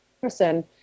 person